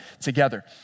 together